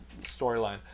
storyline